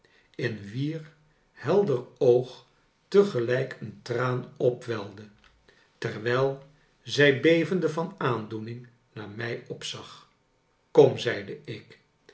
in wier helder oog te gelijk een traan opwelde terwijl zij bevende van aandoening naar mij opzag kom zeide ik